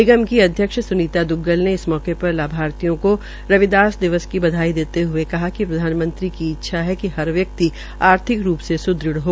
निगम के अध्यक्ष सनीता द्रग्गल ने इस मौके लाभार्थियों को रविदास दिवस की बधाई देते हये कहा कि प्रधानमंत्री की इच्छा है कि हर व्यक्ति आर्थिक रूप से सुदृढ़ हो